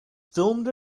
filmed